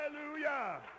Hallelujah